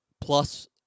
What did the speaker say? plus